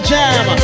Jam